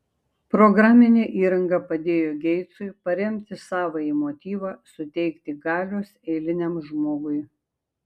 programinė įranga padėjo geitsui paremti savąjį motyvą suteikti galios eiliniam žmogui